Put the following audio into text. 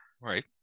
Right